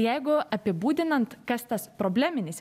jeigu apibūdinant kas tas probleminis